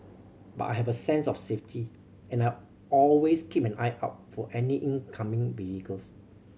but I have a sense of safety and I always keep an eye out for any incoming vehicles